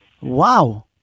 Wow